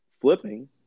flipping